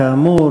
כאמור,